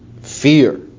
fear